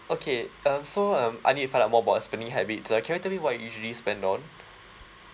okay um so um I need to find out more about your spending habit so like can you tell me what you usually spend on